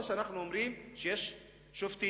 או שאנחנו אומרים שיש שופטים,